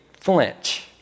flinch